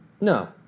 No